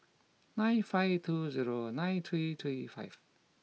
nine five two zero nine three three five